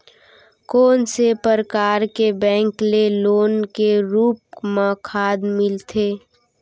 कोन से परकार के बैंक ले लोन के रूप मा खाद मिलथे?